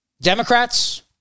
Democrats